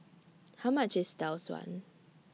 How much IS Tau Suan